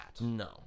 No